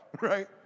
right